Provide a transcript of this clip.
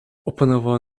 opanowała